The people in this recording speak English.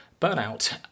burnout